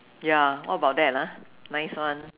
ya all about that lah nice one